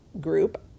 group